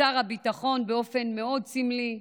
ושר הביטחון, באופן סמלי מאוד,